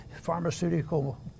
pharmaceutical